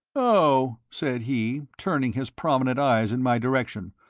oh, said he, turning his prominent eyes in my direction,